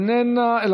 אינה נוכחת,